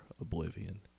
Oblivion